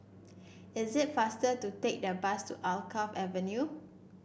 is it faster to take the bus to Alkaff Avenue